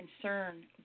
concern